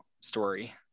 story